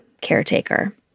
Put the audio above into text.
caretaker